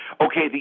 Okay